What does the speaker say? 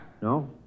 No